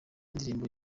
indirimbo